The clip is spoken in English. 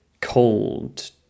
cold